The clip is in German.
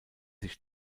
sich